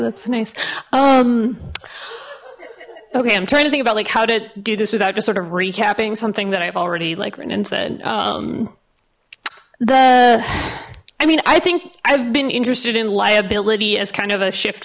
that's nice um okay i'm trying to think about like how to do this without just sort of recapping something that i've already like written and said um the i mean i think i've been interested in liability as kind of a shift